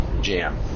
jam